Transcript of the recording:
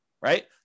Right